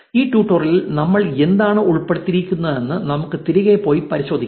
ഈ ട്യൂട്ടോറിയലിൽ നമ്മൾ എന്താണ് ഉൾപ്പെടുത്തിയിരിക്കുന്നതെന്ന് നമുക്ക് തിരികെ പോയി പരിശോധിക്കാം